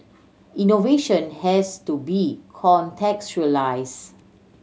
innovation has to be contextualised